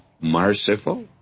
merciful